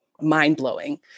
mind-blowing